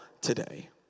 today